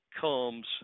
comes